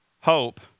hope